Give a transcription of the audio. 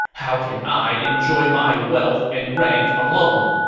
how can i enjoy my wealth and rank alone!